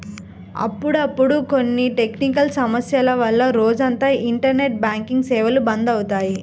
అప్పుడప్పుడు కొన్ని టెక్నికల్ సమస్యల వల్ల రోజంతా ఇంటర్నెట్ బ్యాంకింగ్ సేవలు బంద్ అవుతాయి